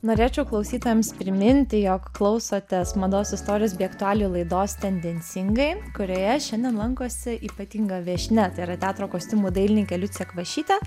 norėčiau klausytojams priminti jog klausotės mados istorijos bei aktualijų laidos tendencingai kurioje šiandien lankosi ypatinga viešnia tai yra teatro kostiumų dailininkė liucija kvašytė